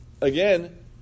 again